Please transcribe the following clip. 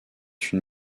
une